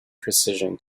precision